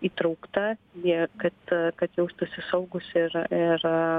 įtraukta ir kad kad jaustųsi saugūs ir ir